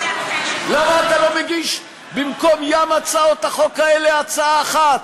למה אתה לא מגיש במקום ים הצעות החוק האלה הצעה אחת,